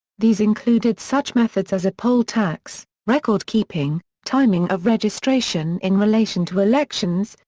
these included such methods as a poll tax, record keeping, timing of registration in relation to elections,